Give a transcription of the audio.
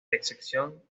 excepción